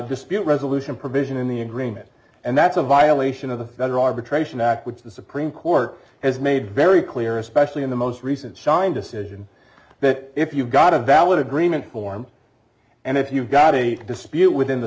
dispute resolution provision in the agreement and that's a violation of the federal arbitration act which the supreme court has made very clear especially in the most recent sign decision that if you've got a valid agreement form and if you've got a dispute within the